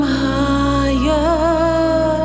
higher